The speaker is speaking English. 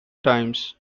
times